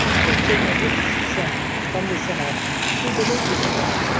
so signal gets sent from the synapse to the nucleus,